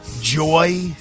joy